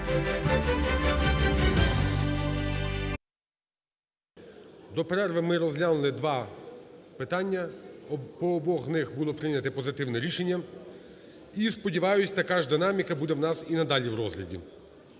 До перерви ми розглянули два питання, по обох з них було прийнято позитивне рішення і, сподіваюся, така ж динаміка буде у нас і надалі в розгляді.